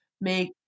make